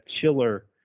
chiller